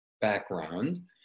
background